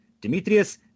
Demetrius